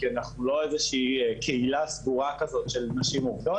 כי אנחנו לא איזושהי קהילה סגורה כזאת של נשים עובדות,